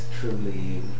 truly